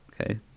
Okay